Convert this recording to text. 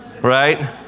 Right